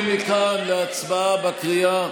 מכאן להצבעה בקריאה,